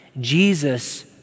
Jesus